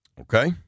Okay